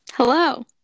Hello